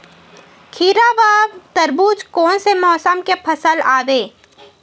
खीरा व तरबुज कोन से मौसम के फसल आवेय?